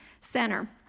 center